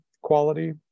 quality